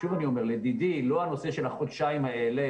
שוב אני אומר: לדידי לא הנושא של החודשיים האלה,